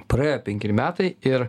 praėjo penkeri metai ir